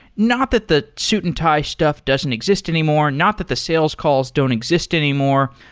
not that the suit and tie stuff doesn't exist anymore. not that the sales calls don't' exist anymore.